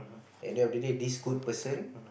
at the end of the day this good person